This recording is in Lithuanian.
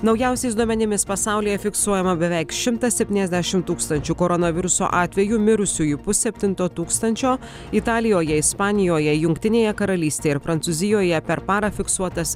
naujausiais duomenimis pasaulyje fiksuojama beveik šimtas septyniasdešimt tūkstančių koronaviruso atvejų mirusiųjų pusseptinto tūkstančio italijoje ispanijoje jungtinėje karalystėje ir prancūzijoje per parą fiksuotas